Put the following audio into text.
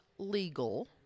legal